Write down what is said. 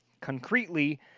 concretely